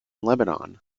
lebanon